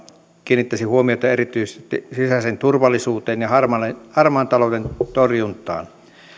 kiinnittäisin huomiota erityisesti sisäiseen turvallisuuteen ja harmaan talouden torjuntaan